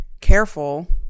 careful